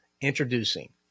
Introducing